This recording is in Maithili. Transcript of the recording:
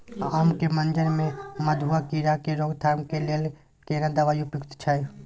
आम के मंजर में मधुआ कीरा के रोकथाम के लेल केना दवाई उपयुक्त छै?